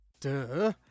duh